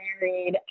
married